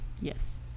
Yes